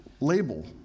label